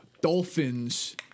Dolphins